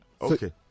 Okay